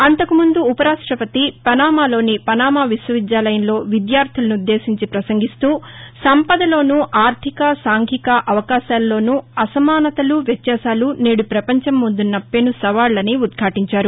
అంతకుముందు ఉప రాష్టపతి పనామాలోని పనామా విశ్వవిద్యాలయంలో విద్యార్థులనుద్దేశించి ప్రసంగిస్తూ సంపదలోనూ ఆర్గిక సాంఘిక అవకాశాలలోనూ అసమానతలు వ్యత్యాసాలు నేడు ప్రపంచం ముందున్న పెను సవాళ్ళని ఉద్భాటించారు